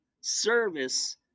service